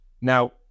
now